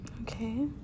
okay